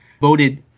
voted